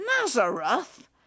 Nazareth